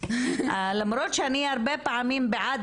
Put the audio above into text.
למרות שאני הרבה פעמים בעד